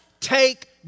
take